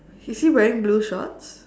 is he wearing blue shorts